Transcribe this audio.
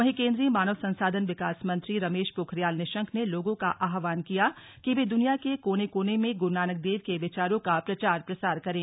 वहीं केन्द्रीय मानव संसाधन विकास मंत्री रमेश पोखरियाल निशंक ने लोगों का आह्वान किया कि वे दुनिया के कोने कोने में गुरू नानक देव के विचारों का प्रचार प्रसार करें